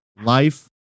life